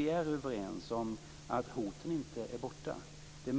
Vi är överens om att hoten inte borta. Vi är